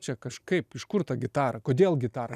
čia kažkaip iš kur ta gitara kodėl gitara